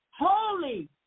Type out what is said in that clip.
holy